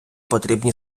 потрібні